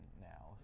now